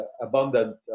abundant